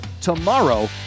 tomorrow